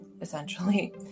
essentially